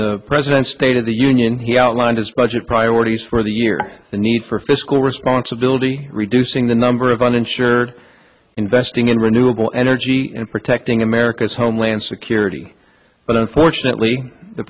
the president's state of the union he outlined his budget priorities for the year the need for fiscal responsibility reducing the number of uninsured investing in renewable energy and protecting america's homeland security but unfortunately the